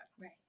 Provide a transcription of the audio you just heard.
Right